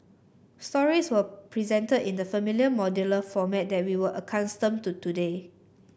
stories were presented in the familiar modular format that we are accustomed to today